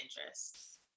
interests